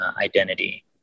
identity